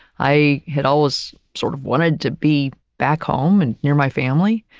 i had always, sort of, wanted to be back home and near my family.